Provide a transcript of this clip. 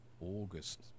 August